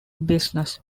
business